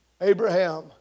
Abraham